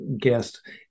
guest